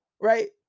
right